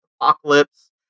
Apocalypse